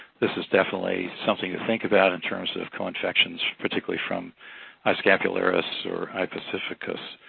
this is definitely something to think about in terms of co-infections, particularly from i scapularis or i pacificus.